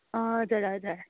हजुर हजुर